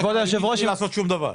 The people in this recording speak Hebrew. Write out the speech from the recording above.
בלי לעשות שום דבר.